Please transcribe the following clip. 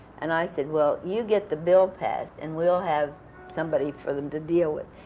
and i said, well, you get the bill passed and we'll have somebody for them to deal with.